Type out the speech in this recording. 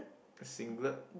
a singlet